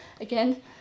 again